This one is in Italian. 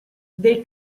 dei